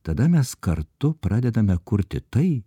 tada mes kartu pradedame kurti tai